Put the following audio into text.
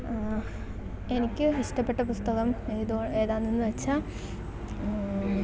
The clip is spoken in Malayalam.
ആ എനിക്ക് ഇഷ്ടപ്പെട്ട പുസ്തകം ഏതോ ഏതാന്നെന്നു വെച്ചാൽ